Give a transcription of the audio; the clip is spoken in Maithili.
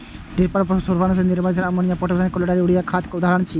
ट्रिपल सुपरफास्फेट, निर्जल अमोनियो, पोटेशियम क्लोराइड आ यूरिया खादक उदाहरण छियै